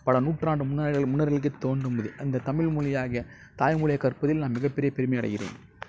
பல நூற்றாண்டு முன்னாலே முன்னோர்களுக்கே தோன்றின மொழி அந்த தமிழ் மொழி ஆகிய தாய் மொழியை கற்பதில் நான் மிகப் பெரிய பெருமை அடைகிறேன்